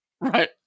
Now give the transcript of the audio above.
right